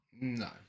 No